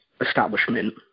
establishment